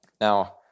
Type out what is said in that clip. Now